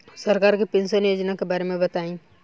सरकार के पेंशन योजना के बारे में बताईं?